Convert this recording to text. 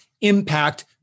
impact